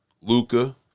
Luka